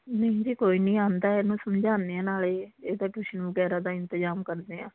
ਨਹੀਂ ਜੀ ਕੋਈ ਨਹੀਂ ਆਉਂਦਾ ਇਹਨੂੰ ਸਮਝਾਉਂਦੇ ਹਾਂ ਨਾਲੇ ਇਹਦਾ ਟਿਊਸ਼ਨ ਵਗੈਰਾ ਦਾ ਇੰਤਜ਼ਾਮ ਕਰਦੇ ਹਾਂ